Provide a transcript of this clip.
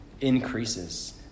increases